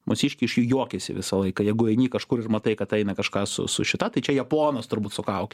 mūsiškiai iš jų juokiasi visą laiką jeigu eini kažkur ir matai kad eina kažką su su šita tai čia japonas turbūt